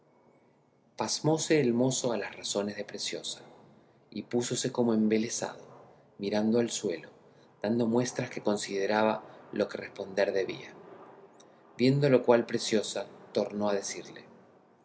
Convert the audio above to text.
pasmóse el mozo a las razones de preciosa y púsose como embelesado mirando al suelo dando muestras que consideraba lo que responder debía viendo lo cual preciosa tornó a decirle